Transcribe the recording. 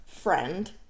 friend